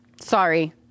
Sorry